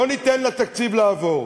לא ניתן לתקציב לעבור.